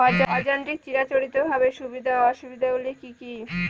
অযান্ত্রিক চিরাচরিতভাবে সুবিধা ও অসুবিধা গুলি কি কি?